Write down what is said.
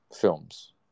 films